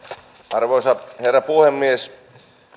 arvoisa herra puhemies